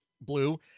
blue